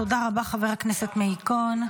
תודה רבה, חבר הכנסת מאיר כהן.